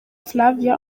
flavia